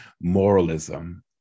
moralism